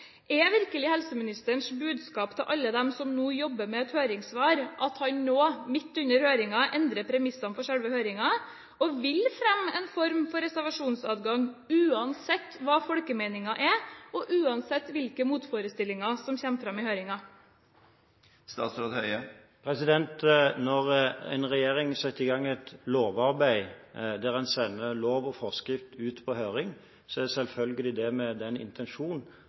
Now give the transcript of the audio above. Er virkelig helseministerens budskap til alle de som nå jobber med et høringssvar, at han nå, midt under høringen, endrer premissene for selve høringen og vil fremme en form for reservasjonsadgang uansett hva folkemeningen er og uansett hvilke motforestillinger som kommer fram i høringen? Når en regjering setter i gang et lovarbeid der en sender lov og forskrift ut på høring, er selvfølgelig det med den